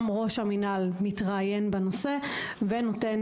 ראש המינהל גם מתראיין בנושא ונותן